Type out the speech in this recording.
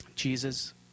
Jesus